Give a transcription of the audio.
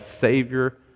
Savior